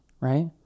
right